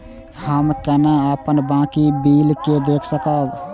हम केना अपन बाकी बिल के देख सकब?